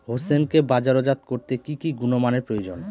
হোসেনকে বাজারজাত করতে কি কি গুণমানের প্রয়োজন?